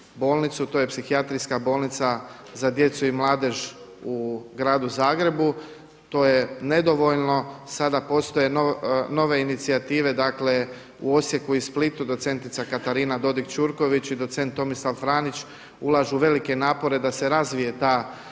to je psihijatrijska bolnica za djecu i mladež u gradu Zagrebu, to je nedovoljno, sada postoje nove inicijative. Dakle u Osijeku i Splitu docentica Katarina Dodig Ćurković i docent Tomislav Franić ulažu velike napore da se razvije ta